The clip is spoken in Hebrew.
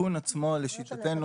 התיקון עצמו לשיטתנו,